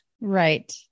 Right